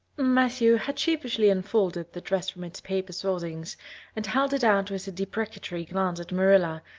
matthew had sheepishly unfolded the dress from its paper swathings and held it out with a deprecatory glance at marilla,